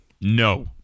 No